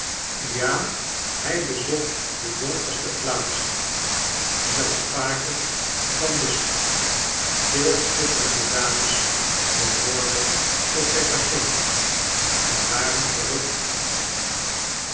ja hij bezocht de donkerste plaatsen zelfs vaker dan bisschop vele schitterende dames behoorden tot zijn patienten en waren verrukt van hem